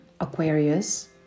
Aquarius